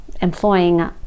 employing